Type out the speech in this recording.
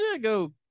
go